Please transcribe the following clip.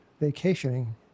vacationing